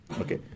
Okay